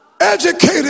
educated